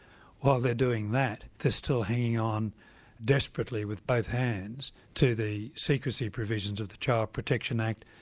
while they're doing that, they're still hanging on desperately with both hands to the secrecy provisions of the child protection act,